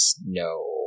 No